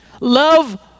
Love